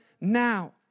now